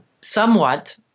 somewhat